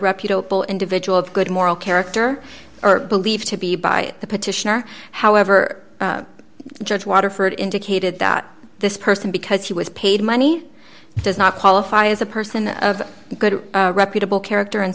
reputable individual of good moral character or believed to be by the petitioner however judge waterford indicated that this person because he was paid money does not qualify as a person of good reputable character and